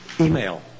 email